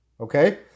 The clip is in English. okay